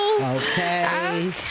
Okay